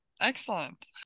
excellent